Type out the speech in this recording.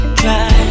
try